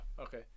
okay